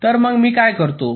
तर मग मी काय करतोय